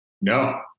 No